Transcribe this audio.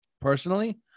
personally